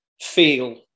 feel